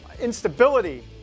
instability